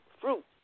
fruit